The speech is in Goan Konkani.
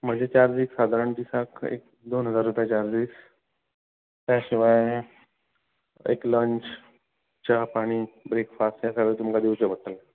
म्हाजे चार्जीस सादारण दिसाक एक दोन हजार रुपया चार्जीस त्या शिवाय एक लंच च्या पाणी ब्रेकफास हें सगळें तुमकां दिवचें पडटलें